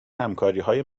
همکاریهای